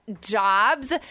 jobs